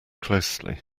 closely